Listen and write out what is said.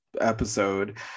episode